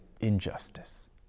injustice